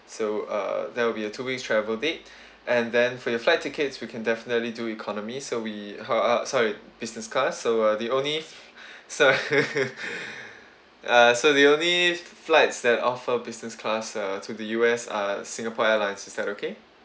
so uh that will be a two weeks travel date and then for your flight tickets we can definitely do economy so we h~ h~ sorry business class so uh the only so uh so the only flights that offer business class uh to the U_S uh singapore airlines is that okay